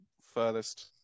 furthest